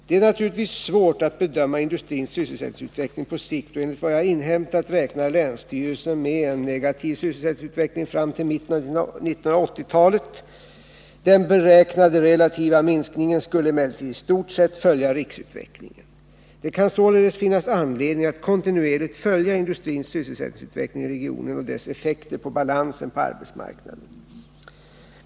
Det är naturligtvis svårt att bedöma industrins sysselsättningsutveckling på sikt och enligt vad jag inhämtat räknar länsstyrelsen med en negativ sysselsättningsutveckling fram till mitten av 1980-talet. Den beräknade relativa minskningen skulle emellertid i stort sett följa riksutvecklingen. Det kan således finnas anledning att kontinuerligt följa industrins sysselsättningsutveckling i regionen och dess effekter på balansen på arbetsmarknaden.